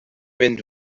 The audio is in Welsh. mynd